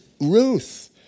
Ruth